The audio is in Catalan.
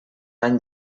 any